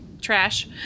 trash